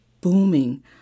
booming